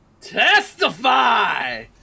Testify